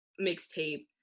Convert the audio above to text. mixtape